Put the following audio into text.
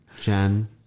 Jen